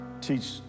teach